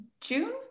june